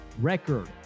record